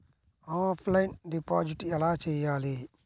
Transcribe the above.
Offline deposit ఎలా చేయాలి?